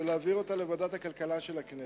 ולהעבירה לוועדת הכלכלה של הכנסת.